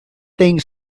thing